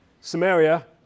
Samaria